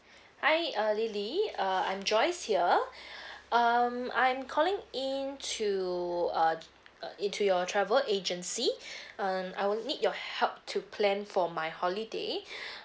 hi uh lily uh I'm joyce here um I'm calling in to uh uh into your travel agency um I will need your help to plan for my holiday